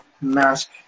mask